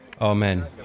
Amen